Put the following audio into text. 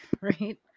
Right